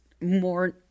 more